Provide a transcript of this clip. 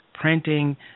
printing